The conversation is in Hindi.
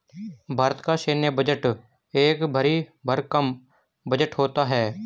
भारत का सैन्य बजट एक भरी भरकम बजट होता है